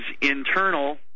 internal